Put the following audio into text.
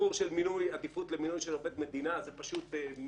הסיפור של עדיפות למינוי של עובד מדינה זה פשוט מגונה,